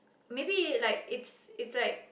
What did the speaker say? maybe like it's it's like